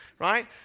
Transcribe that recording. Right